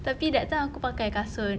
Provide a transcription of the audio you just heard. tapi that time aku pakai kasut